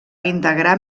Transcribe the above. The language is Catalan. integrar